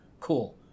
Cool